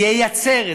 ייצר.